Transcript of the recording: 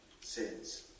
sins